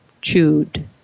chewed